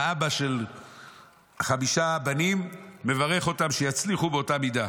אבא של חמשת הבנים מברך אותם שיצליחו באותה מידה.